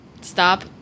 stop